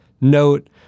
note